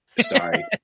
sorry